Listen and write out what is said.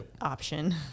option